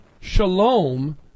shalom